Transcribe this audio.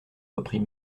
reprit